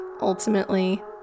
ultimately